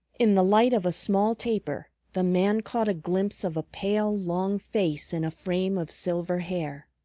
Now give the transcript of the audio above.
in the light of a small taper the man caught a glimpse of a pale, long face in a frame of silver hair.